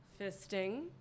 fisting